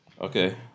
Okay